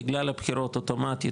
בגלל הבחירות אוטומטית,